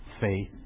faith